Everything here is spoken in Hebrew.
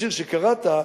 בשיר שקראת,